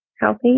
healthy